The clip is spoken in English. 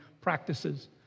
practices